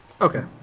Okay